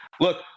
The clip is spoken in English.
Look